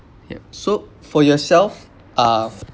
yup so for yourself uh